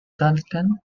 duncan